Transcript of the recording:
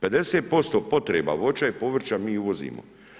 50% potreba voća i povrća mi uvozimo.